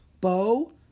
Bo